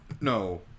No